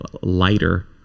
lighter